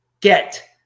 get